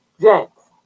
gents